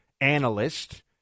analyst